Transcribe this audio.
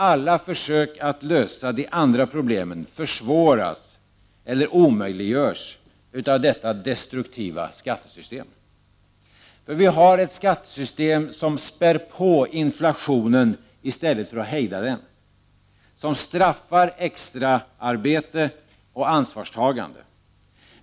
Alla försök att lösa de andra problemen försvåras eller omöjliggörs av detta destruktiva skattesystem. Vi har ett skattesystem som spär på inflationen i stället för att hejda den, som straffar extraarbete och ansvarstagande.